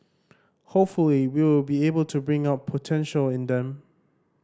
hopefully we will be able to bring out potential in them